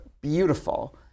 beautiful